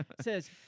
says